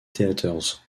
theaters